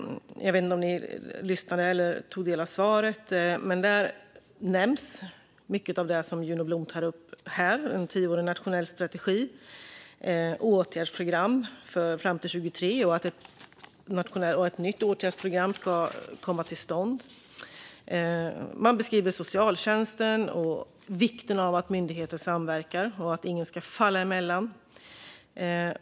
Jag vet inte om ni lyssnade eller tog del av svaret, men där nämndes mycket av det som Juno Blom tar upp, till exempel en tioårig nationell strategi, åtgärdsprogram fram till 2023 och därefter ett nytt åtgärdsprogram som ska komma till stånd. Man beskrev socialtjänsten och vikten av att myndigheter samverkar och att ingen ska falla mellan stolarna.